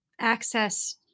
access